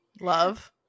Love